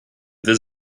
been